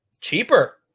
Cheaper